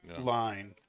line